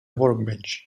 workbench